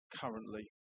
currently